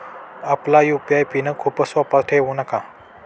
आपला UPI pin खूप सोपा ठेवू नका